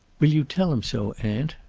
will you tell him so, aunt?